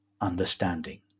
understanding